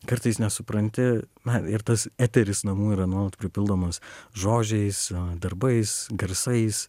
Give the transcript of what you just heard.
kartais nesupranti na ir tas eteris namų yra nuolat pripildomas žodžiais darbais garsais